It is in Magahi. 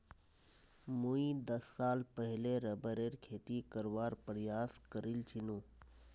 मुई दस साल पहले रबरेर खेती करवार प्रयास करील छिनु